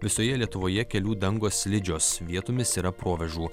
visoje lietuvoje kelių dangos slidžios vietomis yra provėžų